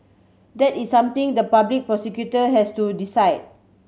that is something the public prosecutor has to decide